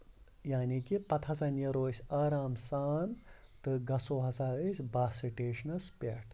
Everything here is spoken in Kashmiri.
یعنی کہِ پَتہٕ ہسا نیرو أسۍ آرام سان تہٕ گژھو ہسا أسۍ بَس سِٹیشنَس پٮ۪ٹھ